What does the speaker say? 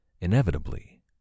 inevitably